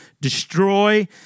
destroy